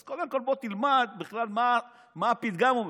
אז קודם כול, בוא תלמד בכלל מה הפתגם אומר.